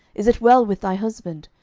is it well with thy husband?